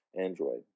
Android